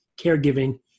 caregiving